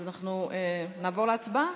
אז אנחנו נעבור להצבעה.